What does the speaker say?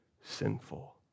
sinful